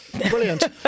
brilliant